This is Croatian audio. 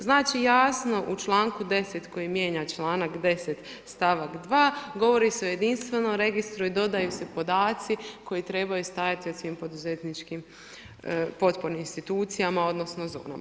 Znači jasno u članku 10. koji mijenja članak 10. stavak 2. govori se o jedinstvenom registru i dodaju se podaci koji trebaju staviti o svim poduzetničkim potpornim institucijama odnosno zonama.